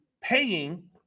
paying